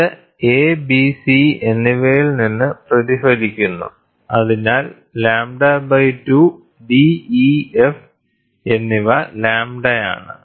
ഇത് a b c എന്നിവയിൽ നിന്ന് പ്രതിഫലിക്കുന്നു അതിനാൽ λ2 d e f എന്നിവ λ ആണ്